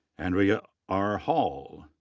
andrea r. hall.